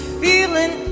feeling